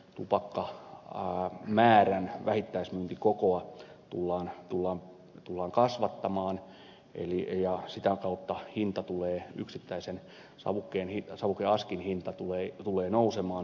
mpa ollut määrä välittää tavoitellaan niin tupakkamäärän vähimmäismyyntikokoa tullaan kasvattamaan ja sitä kautta tulee yksittäisen savukeaskin hinta nousemaan